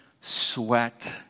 sweat